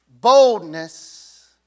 boldness